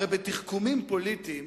הרי בתחכומים פוליטיים